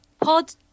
Pod